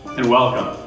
and welcome.